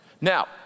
Now